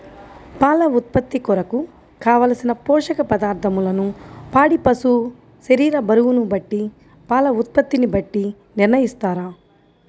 పాల ఉత్పత్తి కొరకు, కావలసిన పోషక పదార్ధములను పాడి పశువు శరీర బరువును బట్టి పాల ఉత్పత్తిని బట్టి నిర్ణయిస్తారా?